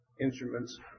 instruments